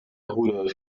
rudolf